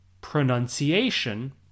pronunciation